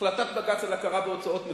החלטת בג"ץ על הכרה בהוצאות מטפלת,